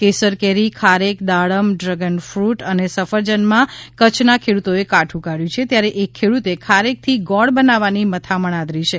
કેસર કેરી ખારેક દાડમ ડ્રેગન ફટ અને સફરજનમાં કચ્છના ખેડૂતોએ કાઠું કાઢ્યું છે ત્યારે એક ખેડૂતે ખારેકથી ગોળ બનાવવાની મથામણ આદરી છે